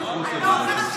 קורונה.